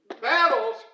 Battles